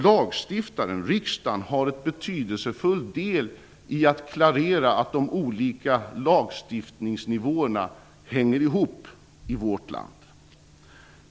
Lagstiftaren riksdagen har en betydelsefull del i att klarera att de olika lagstiftningsnivåerna hänger ihop i vårt land.